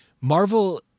Marvel